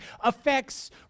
affects